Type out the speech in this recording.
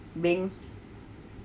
beng